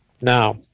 Now